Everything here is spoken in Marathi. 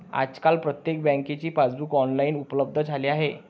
आजकाल प्रत्येक बँकेचे पासबुक ऑनलाइन उपलब्ध झाले आहे